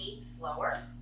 slower